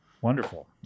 Wonderful